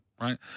right